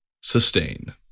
sustain